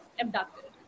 abducted